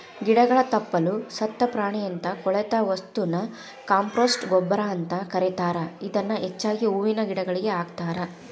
ಗಿಡಗಳ ತಪ್ಪಲ, ಸತ್ತ ಪ್ರಾಣಿಯಂತ ಕೊಳೆತ ವಸ್ತುನ ಕಾಂಪೋಸ್ಟ್ ಗೊಬ್ಬರ ಅಂತ ಕರೇತಾರ, ಇದನ್ನ ಹೆಚ್ಚಾಗಿ ಹೂವಿನ ಗಿಡಗಳಿಗೆ ಹಾಕ್ತಾರ